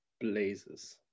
blazes